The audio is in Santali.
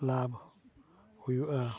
ᱞᱟᱵᱷ ᱦᱩᱭᱩᱜᱼᱟ